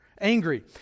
angry